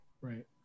right